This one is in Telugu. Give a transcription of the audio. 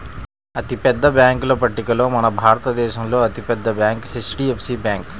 అతిపెద్ద బ్యేంకుల పట్టికలో మన భారతదేశంలో అతి పెద్ద బ్యాంక్ హెచ్.డీ.ఎఫ్.సీ బ్యాంకు